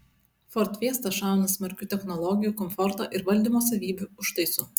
ford fiesta šauna smarkiu technologijų komforto ir valdymo savybių užtaisu